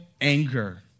anger